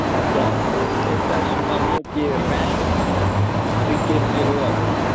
अच्छा एकटा सुनलियै कि रैम सीके सेहो अलैया